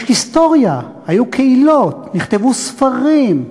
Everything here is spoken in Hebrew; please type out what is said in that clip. יש היסטוריה, היו קהילות, נכתבו ספרים,